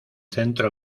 centro